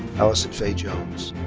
alison faye jones.